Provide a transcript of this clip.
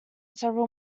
several